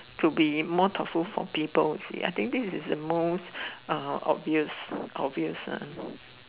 to be more thoughtful for people I think this is the most uh obvious obvious one